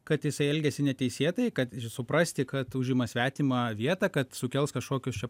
kad jisai elgiasi neteisėtai kad ir suprasti kad užima svetimą vietą kad sukels kažkokius čia